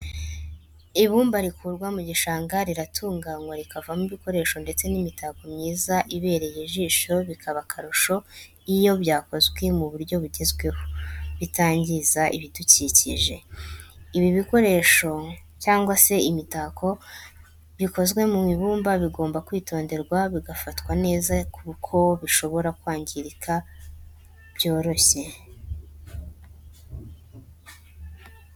Ibumba rikurwa mu gishanga riratunganywa rikavamo ibikoresho ndetse n'imitako myiza ibereye ijisho bikaba akarusho iyo byakozwe mu buryo bugezweho butangiza ibidukikije. ibikoresho cyangwa se imitako bikozwe mu ibumba bigomba kwitonderwa bigafatwa neza kuko bishobora kwangirika byoroshye.